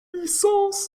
licences